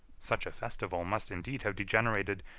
such a festival must indeed have degenerated,